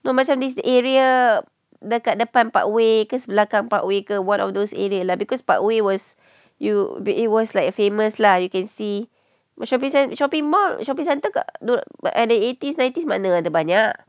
no macam this area dekat depan parkway ke sebelah kat parkway ke one of those area lah because parkway was you it was like a famous lah you can see shopping cen~ shopping mall shopping center dekat eighties nineties mana ada banyak